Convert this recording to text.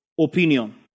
opinion